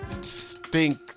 stink